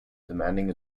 demanding